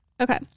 okay